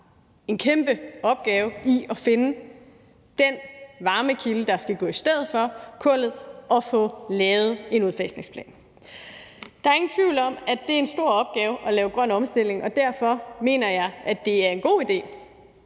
en kæmpeopgave i form af at finde den varmekilde, der skal erstatte kullet, og få lavet en udfasningsplan. Der er ingen tvivl om, at det er en stor opgave at lave grøn omstilling, og derfor mener jeg, at det er en god idé,